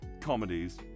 comedies